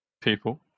people